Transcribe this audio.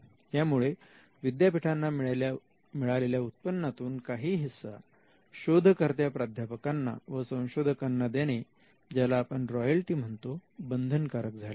यामुळे विद्यापीठांना मिळालेल्या उत्पन्नातून काही हिस्सा शोधकर्त्या प्राध्यापकांना व संशोधकांना देणे ज्याला आपण रॉयल्टी म्हणतो बंधन कारक झाले